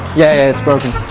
yeah, it's broken!